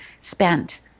spent